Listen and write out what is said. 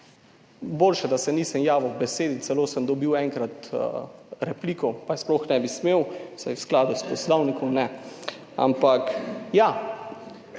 boljše, da se nisem javil k besedi, celo sem dobil enkrat repliko, pa je sploh ne bi smel, saj v skladu s Poslovnikom ne, ampak ja,